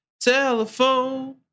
telephone